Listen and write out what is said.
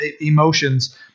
emotions